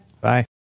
bye